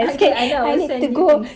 okay I know I will send you things